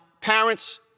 parents